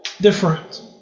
different